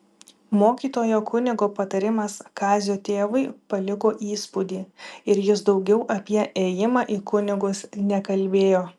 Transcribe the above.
mokyto kunigo patarimas kazio tėvui paliko įspūdį ir jis daugiau apie ėjimą į kunigus nekalbėjo